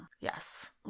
Yes